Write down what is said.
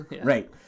Right